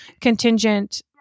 contingent